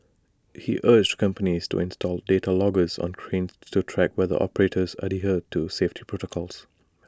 he urged companies to install data loggers on cranes to track whether operators adhere to safety protocols